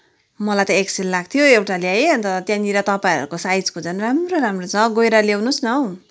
मलाई त एक्सएल लाग्थ्यो एउटा ल्याएँ अन्त त्यहाँनिर तपाईँहरूको साइजको झन् राम्रो राम्रो छ गएर ल्याउनुहोस् हौ